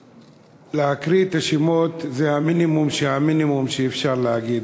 ולהקריא את השמות זה המינימום של המינימום שאפשר להגיד.